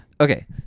Okay